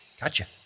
Gotcha